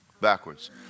backwards